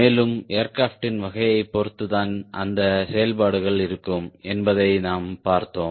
மேலும் ஏர்கிராப்டின் வகையைப் பொறுத்துதான் அந்த செயல்பாடுகள் இருக்கும் என்பதை நாம் பார்த்தோம்